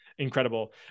Incredible